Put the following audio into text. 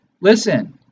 listen